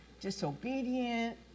disobedient